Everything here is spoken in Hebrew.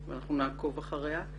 אנחנו נעקוב אחריה.